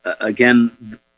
again